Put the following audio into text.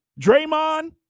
Draymond